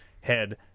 head